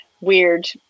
weird